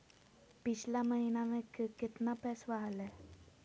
पिछला महीना मे कतना पैसवा हलय?